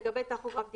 " לגבי טכוגרף דיגיטלי,